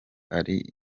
ari